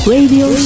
Radio